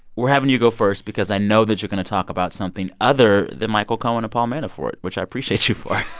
we're having you go first because i know that you're going to talk about something other than michael cohen and paul manafort, which i appreciate you for.